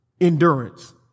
endurance